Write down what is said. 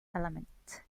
element